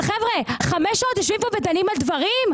חבר'ה, חמש שעות יושבים פה ודנים על דברים?